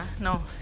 No